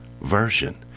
Version